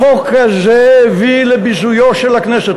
החוק הזה הביא לביזויה של הכנסת.